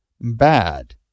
bad